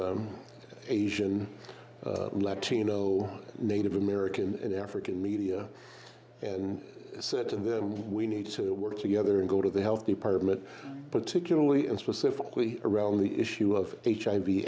of asian latino native american and african media and said to them we need to work together and go to the health department particularly in specifically around the issue of h